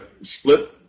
split